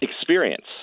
Experience